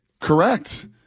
Correct